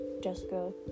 Jessica